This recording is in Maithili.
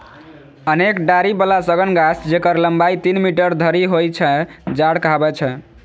अनेक डारि बला सघन गाछ, जेकर लंबाइ तीन मीटर धरि होइ छै, झाड़ कहाबै छै